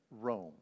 Rome